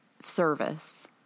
service